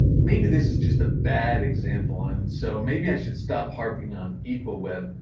maybe this is just a bad example on. so maybe i should stop harping on equal web.